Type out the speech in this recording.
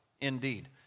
indeed